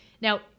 Now